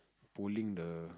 pulling the